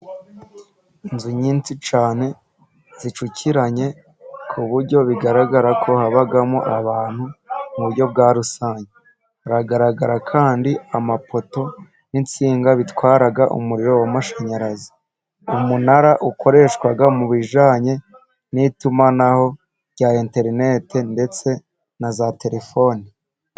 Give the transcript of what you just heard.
Inzu nyinshi cyane zicukiranye ku buryo bigaragara ko habamo abantu mu buryo bwa rusange. Hagaragara kandi amapoto n'insinga bitwara umuriro w'amashanyarazi, umunara ukoreshwa mu bijanye n'itumanaho rya interineti ndetse na za telefoni.